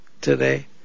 today